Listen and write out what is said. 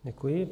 Děkuji.